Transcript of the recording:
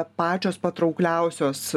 pačios patraukliausios